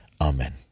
Amen